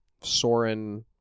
Soren